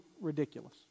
ridiculous